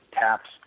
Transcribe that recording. taps